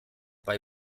bei